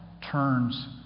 turns